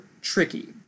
tricky